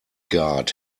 guard